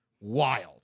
wild